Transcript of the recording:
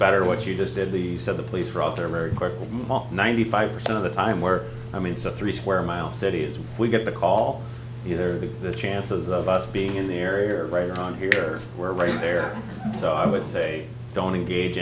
better what you just did the said the police are out there very quickly ninety five percent of the time where i mean it's a three square mile city as we get the call either the chances of us being in the area right around here were right there so i would say don't engage